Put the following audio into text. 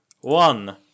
one